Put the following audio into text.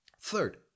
Third